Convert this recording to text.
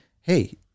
Hey